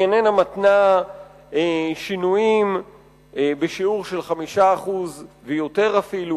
היא איננה מתנה שינויים בשיעור של 5% בסעיף ויותר אפילו